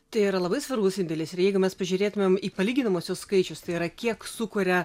tai yra labai svarbus indėlis ir jeigu mes pažiūrėtumėm į palyginamuosius skaičius tai yra kiek sukuria